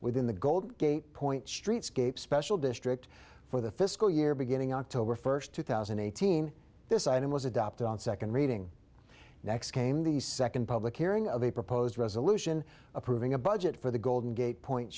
within the golden gate point streetscapes special district for the fiscal year beginning october first two thousand and eighteen this item was adopted on second reading next came the second public hearing of a proposed resolution approving a budget for the golden gate point